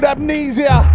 Amnesia